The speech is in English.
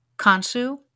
Kansu